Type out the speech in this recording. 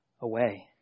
away